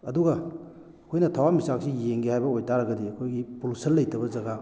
ꯑꯗꯨꯒ ꯑꯩꯈꯣꯏꯅ ꯊꯋꯥꯟ ꯃꯤꯆꯥꯛꯁꯤ ꯌꯦꯡꯒꯦ ꯍꯥꯏꯕ ꯑꯣꯏꯇꯥꯔꯒꯗꯤ ꯑꯩꯈꯣꯏꯒꯤ ꯄꯣꯂꯨꯁꯟ ꯂꯩꯇꯕ ꯖꯒꯥ